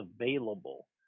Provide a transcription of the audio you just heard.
available